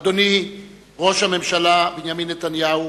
אדוני ראש הממשלה בנימין נתניהו,